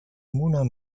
moulin